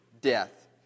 death